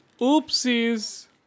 Oopsies